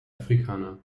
afrikaner